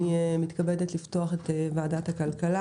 אני מתכבדת לפתוח את ישיבת ועדת הכלכלה